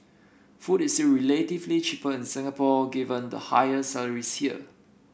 food is relatively cheaper in Singapore given the higher salaries here